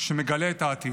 שמגלה את העתיד.